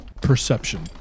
perception